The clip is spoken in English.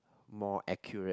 more accurate